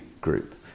group